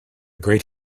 great